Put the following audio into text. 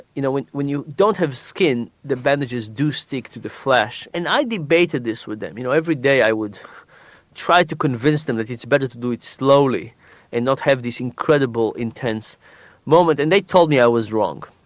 you know when when you don't have skin the bandages do stick to the flesh and i debated this with them you know every day i would try to convince them that it's better to do it slowly and not have this incredible intense moment. and they told me i was wrong.